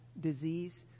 disease